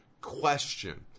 question